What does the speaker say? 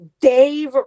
Dave